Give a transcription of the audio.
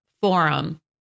forum